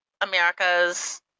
America's